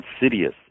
insidious